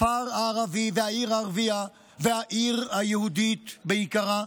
הכפר הערבי והעיר הערבית והעיר היהודית בעיקרה,